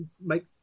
make